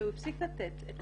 אמרו שהוא הפסיק לתת.